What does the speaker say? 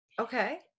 Okay